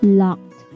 locked